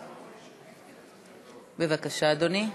בבקשה, אדוני.